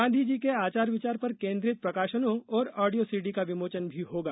गांधी जी के आचार विचार पर केन्द्रित प्रकाशनों और ऑडियो सीडी का विमोचन भी होगा